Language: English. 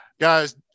Guys